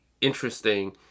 interesting